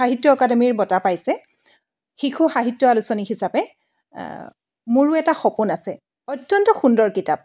সাহিত্য একাডেমীৰ বটা পাইছে শিশু সাহিত্য আলোচনী হিচাপে মোৰো এটা সপোন আছে অত্যন্ত সুন্দৰ কিতাপ